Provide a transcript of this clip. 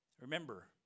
Remember